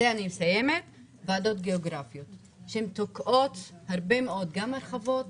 הנושא האחרון הוא הועדות הגיאוגרפיות שתוקעות הרחבות,